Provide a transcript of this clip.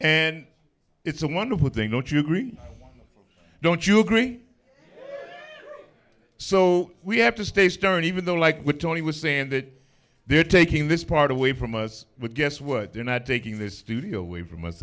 and it's a wonderful thing don't you agree don't you agree so we have to stay stern even though like what tony was saying that they're taking this part of away from us but guess what they're not taking this studio away from us